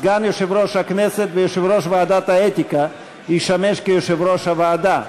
סגן יושב-ראש הכנסת ויושב-ראש ועדת האתיקה ישמש יושב-ראש הוועדה,